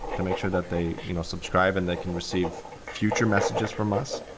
to make sure that they you know subscribe, and they can receive future messages from us.